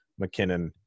McKinnon